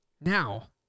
Now